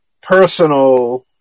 personal